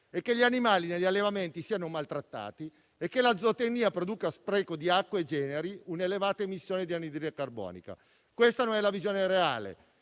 che gli animali negli allevamenti siano maltrattati e che la zootecnia produca spreco di acqua e generi un'elevata emissione di anidride carbonica. Questa non è la visione reale.